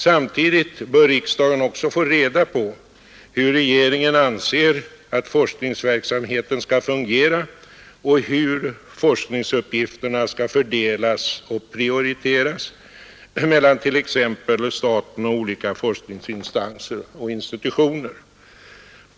Samtidigt bör riksdagen också få reda på hur regeringen anser att forskningsverksamheten skall fungera och hur forskningsuppgifterna skall fördelas och prioriteras mellan t.ex. staten och olika forskningsinstanser och institutioner.